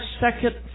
second